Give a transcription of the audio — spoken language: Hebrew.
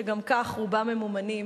שגם כך רובם ממומנים